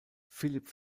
phillip